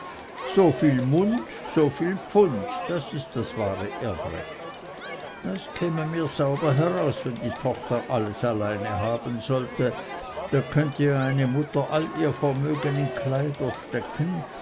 vorwegnimmt soviel mund so viel pfund das ist das wahre erbrecht das käme mir sauber heraus wenn die tochter alles alleine haben sollte da könnte ja eine mutter all ihr vermögen in kleider stecken